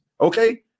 okay